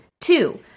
Two